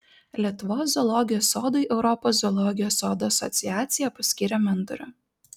lietuvos zoologijos sodui europos zoologijos sodų asociacija paskyrė mentorių